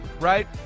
right